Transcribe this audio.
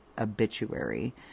obituary